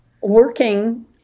working